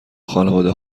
خانواده